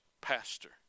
pastor